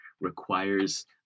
requires